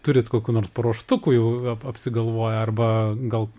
turit kokių nors paruoštukų jau ap apsigalvoję arba gal